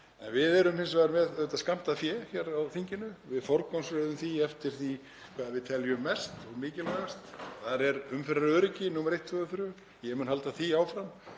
við erum hins vegar með skammtað fé hér á þinginu. Við forgangsröðum því eftir því hvað við teljum mikilvægast. Þar er umferðaröryggi númer eitt, tvö og þrjú og ég mun halda því áfram.